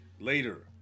later